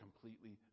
completely